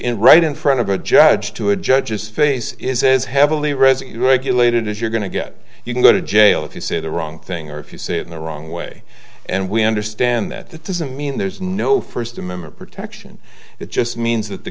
in right in front of a judge to a judge's face says heavily resit regulated if you're going to get you can go to jail if you say the wrong thing or if you say it in the wrong way and we understand that that doesn't mean there's no first amendment protection it just means that the